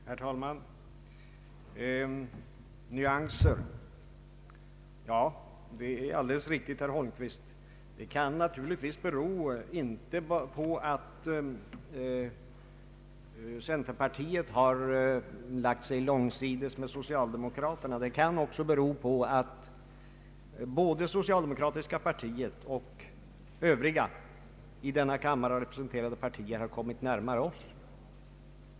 Herr talman! Nyanser! Ja, det är alldeles riktigt, herr Holmqvist. Det kan naturligtvis bero, inte på att centerpartiet har lagt sig långsides med socialdemokraterna, utan på att det socialdemokratiska partiet och övriga i denna kammare representerade partier kommit närmare oss.